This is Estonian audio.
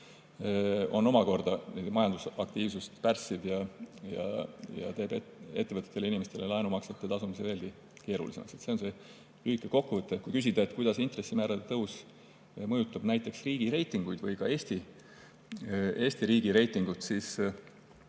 on omakorda majandusaktiivsust pärssiv ja teeb ettevõtetele ja inimestele laenumaksete tasumise veelgi keerulisemaks. See on lühike kokkuvõte. Kui küsida, kuidas intressimäärade tõus mõjutab näiteks riigireitinguid, ka Eesti riigi reitingut, siis